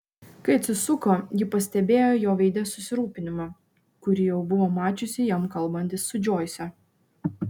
kai atsisuko ji pastebėjo jo veide susirūpinimą kurį jau buvo mačiusi jam kalbantis su džoise